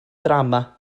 drama